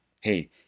hey